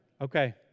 Okay